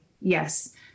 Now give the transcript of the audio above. yes